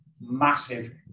massive